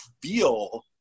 feel